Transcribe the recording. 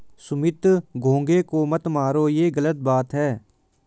सुमित घोंघे को मत मारो, ये गलत बात है